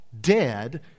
dead